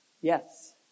yes